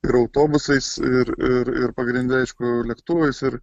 ir autobusais ir ir ir pagrinde aišku lėktuvais ir